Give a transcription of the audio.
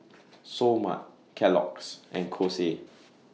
Seoul Mart Kellogg's and Kose